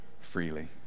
freely